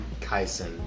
Kaisen